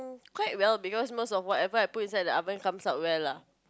quite well because most of whatever I put inside the oven comes out well lah